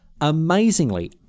amazingly